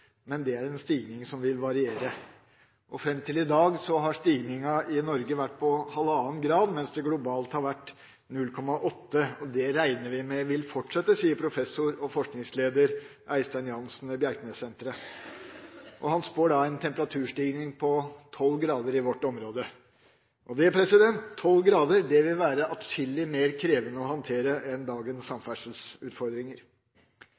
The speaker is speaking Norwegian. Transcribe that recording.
men det er en stigning som vil variere. «Frem til i dag har stigningen i Norge vært ca. 1,5 grad mens det globalt har vært 0,8. Det regner vi med vil fortsette.» Dette sier professor og forskningsleder Eystein Jansen ved Bjerknessenteret til VG. Han spår en temperaturstigning på tolv grader i vårt område, og tolv grader vil være atskillig mer krevende å håndtere enn dagens